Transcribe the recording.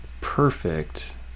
perfect